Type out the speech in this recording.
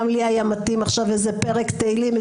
גם לי היה מתאים עכשיו איזה פרק תהילים,